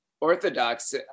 orthodox